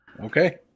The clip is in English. Okay